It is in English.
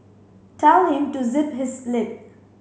tell him to zip his lip